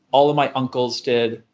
all of my uncles did.